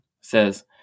says